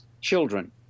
children